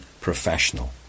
professional